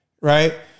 right